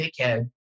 dickhead